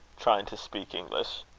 trying to speak english.